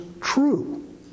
true